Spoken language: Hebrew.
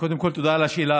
קודם כול תודה על השאלה.